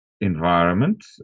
environment